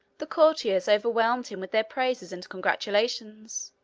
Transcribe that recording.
the courtiers overwhelmed him with their praises and congratulations.